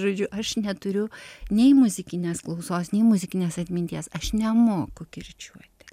žodžiu aš neturiu nei muzikinės klausos nei muzikinės atminties aš nemoku kirčiuoti